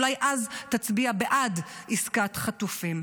אולי אז תצביע בעד עסקת חטופים.